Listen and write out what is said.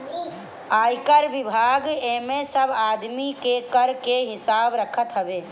आयकर विभाग एमे सब आदमी के कर के हिसाब रखत हवे